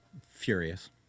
Furious